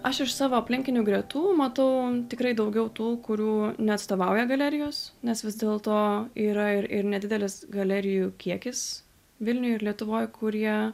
aš iš savo aplinkinių gretų matau tikrai daugiau tų kurių neatstovauja galerijos nes vis dėl to yra ir ir nedidelis galerijų kiekis vilniuj ir lietuvoj kurie